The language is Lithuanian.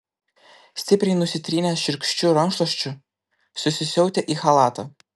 stipriai nusitrynęs šiurkščiu rankšluosčiu susisiautė į chalatą